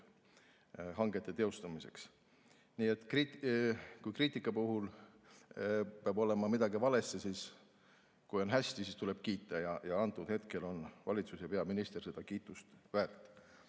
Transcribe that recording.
hangete teostamiseks. Kriitika puhul peab olema midagi valesti, aga kui on hästi, siis tuleb kiita, ja antud hetkel on valitsus ja peaminister seda kiitust